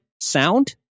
sound